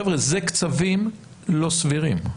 חבר'ה, זה קצבים לא סבירים.